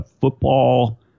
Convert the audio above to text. football